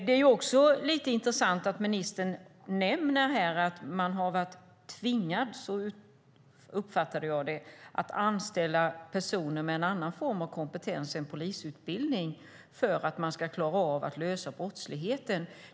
Det är också lite intressant att ministern nämner att man har varit tvingad - så uppfattade jag det - att anställa personer med en annan form av kompetens än polisutbildning för att man ska klara av att lösa brottsligheten.